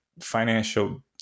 financial